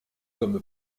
comme